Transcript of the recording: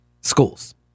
schools